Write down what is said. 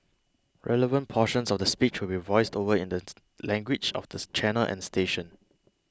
relevant portions of the speech will be voiced over in the language of this channel and station